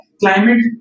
climate